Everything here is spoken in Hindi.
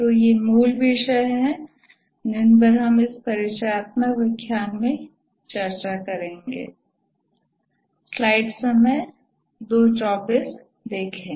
तो ये मूल विषय हैं जिन पर हम इस परिचयात्मक व्याख्यान में चर्चा करेंगे